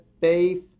faith